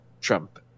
Trump